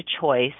choice